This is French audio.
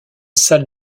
salle